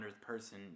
person